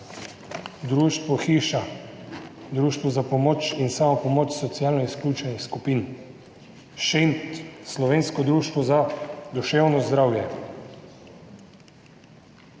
društvo Hiša – društvo za pomoč in samopomoč socialno izključenih skupin, Šent – slovensko društvo za duševno zdravje,